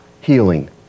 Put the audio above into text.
healing